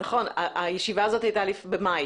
נכון הישיבה הזאת הייתה במאי.